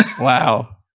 wow